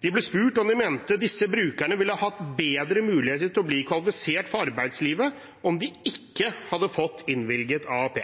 De ble spurt om de mente disse brukerne ville hatt bedre muligheter til å bli kvalifisert for arbeidslivet om de ikke hadde fått innvilget AAP.